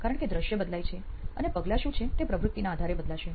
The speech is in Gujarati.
કારણ કે દૃશ્ય બદલાય છે અને પગલાં શું છે તે પ્રવૃત્તિના આધારે બદલાશે